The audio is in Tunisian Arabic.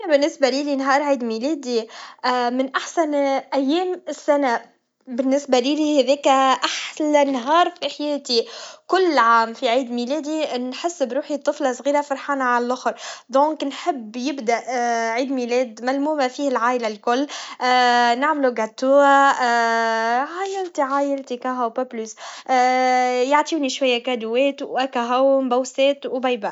أحب الاحتفال بعيد ميلادي مع الأصدقاء والعائلة. نحب نقيم حفلة صغيرة، نعمل كيكة، ونلعب ألعاب. الأجواء تكون مليئة بالضحك والذكريات، ونحب زادة نشارك لحظات مميزة مع الناس اللي نحبهم. الأعياد تعطي فرصة للتواصل وتعزيز العلاقات، وهذا يجعل الاحتفال أكثر قيمة.